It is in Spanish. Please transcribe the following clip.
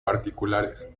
particulares